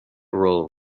role